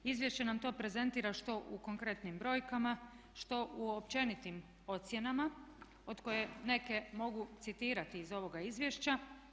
Izvješće nam to prezentira što u konkretnim brojkama, što u općenitim ocjenama od koje neke mogu citirati iz ovoga izvješća.